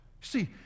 See